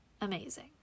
amazing